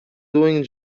doing